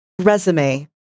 resume